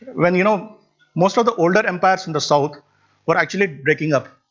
when you know most of the older empires in the south were actually breaking up